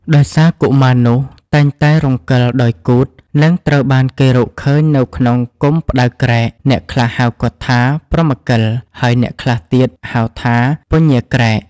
ដោយសារកុមារនោះតែងតែរង្គិលដោយគូថ និងត្រូវបានគេរកឃើញនៅក្នុងគុម្ពផ្តៅក្រែក អ្នកខ្លះហៅគាត់ថា ព្រហ្មកិល ហើយអ្នកខ្លះទៀតហៅថា ពញាក្រែក ។